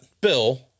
Bill